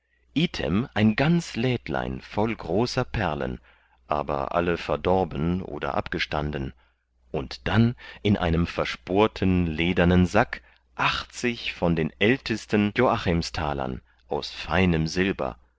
ein ganz lädlein voll großer perlen aber alle verdorben oder abgestanden und dann in einem versporten ledernen sack achtzig von den ältisten joachimstalern aus feinem silber